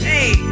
Hey